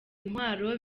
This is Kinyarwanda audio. intwaro